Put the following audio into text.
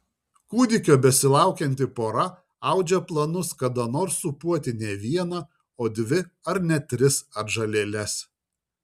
kūdikio besilaukianti pora audžia planus kada nors sūpuoti ne vieną o dvi ar net tris atžalėles